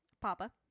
Papa